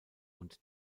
und